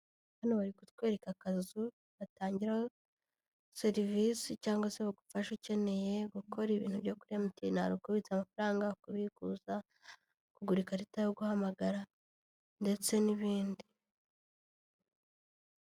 Hano bari kutwereka akazu batangira serivise, cyangwa se bagufashe ukeneye gukora ibintu byo ku MTN hari kubitsa amafaranga kubibuza, kugura ikarita yo guhamagara ndetse n'ibindi.